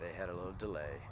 they had a little delay